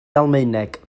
almaeneg